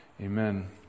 amen